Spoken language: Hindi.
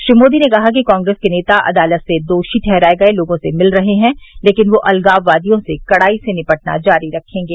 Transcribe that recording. श्री मोदी ने कहा कि कांग्रेस के नेता अदालत से दोषी ठहराये गये लोगों से मिल रहे हैं लेकिन वे अलगाववादियों से कड़ाई से निपटना जारी रखेंगे